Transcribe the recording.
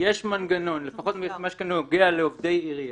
יש מנגנון, לפחות במה שנוגע לעובדי עירייה,